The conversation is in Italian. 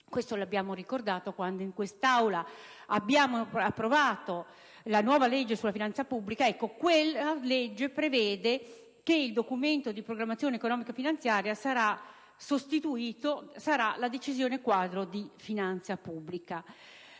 - lo abbiamo ricordato quando in quest'Aula abbiamo approvato la nuova legge sulla finanza pubblica - il Documento di programmazione economico-finanziaria sarà sostituito con la Decisione quadro di finanza pubblica.